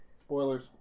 Spoilers